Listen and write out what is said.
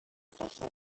sushi